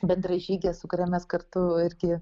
bendražygė su kuria mes kartu irgi